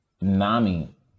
Nami